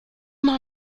mal